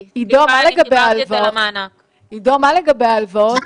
מה לגבי ההלוואות?